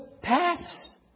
Pass